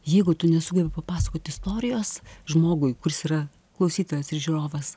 jeigu tu nesugebi papasakot istorijos žmogui kuris yra klausytojas ir žiūrovas